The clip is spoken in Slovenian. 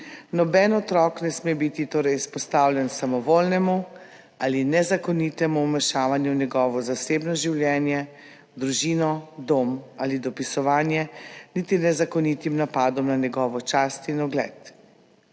Noben otrok torej ne sme biti izpostavljen samovoljnemu ali nezakonitemu vmešavanju v njegovo zasebno življenje, družino, dom ali dopisovanje, niti nezakonitim napadom na njegovo čast in ugled.